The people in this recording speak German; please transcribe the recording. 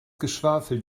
geschwafel